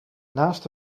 naast